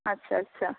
আচ্ছা আচ্ছা